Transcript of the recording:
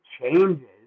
changes